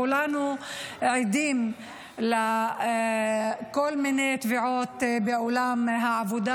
כולנו עדים לכל מיני תביעות בעולם העבודה.